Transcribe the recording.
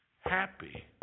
Happy